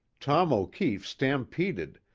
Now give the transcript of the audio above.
tom o'keefe stampeded,